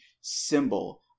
symbol